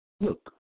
look